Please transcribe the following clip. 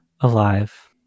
Alive